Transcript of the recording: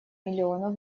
миллионов